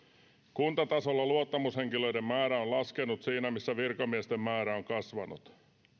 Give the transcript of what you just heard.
kuntatasolla luottamushenkilöiden määrä on laskenut siinä missä virkamiesten määrä on kasvanut